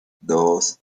dos